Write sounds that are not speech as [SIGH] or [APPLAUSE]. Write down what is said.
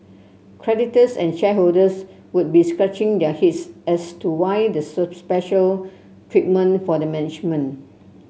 creditors and shareholders would be scratching their heads as to why the [UNINTELLIGIBLE] special treatment for the management